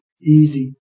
easy